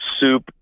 soup